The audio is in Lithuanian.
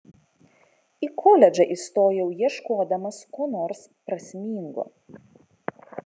į koledžą įstojau ieškodamas ko nors prasmingo